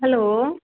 hello